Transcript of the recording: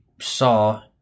saw